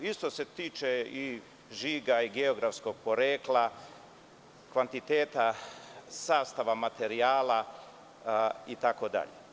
Isto se tiče i žiga i geografskog porekla, kvantiteta, sastava materijala itd.